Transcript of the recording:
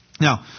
Now